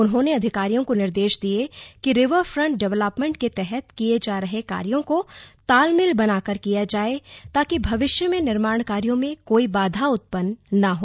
उन्होंने अधिकारियों को निर्देश दिये की रिवर फ्रन्ट डेवलपमेंट के तहत किये जा रहे कार्यों को तालमेल बनाकर किया जाए ताकि भविष्य में निर्माण कार्यों में कोई बाधा उत्पन्न न हो